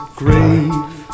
grave